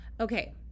okay